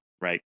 right